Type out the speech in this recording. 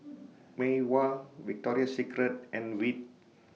Mei Hua Victoria Secret and Veet